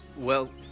well,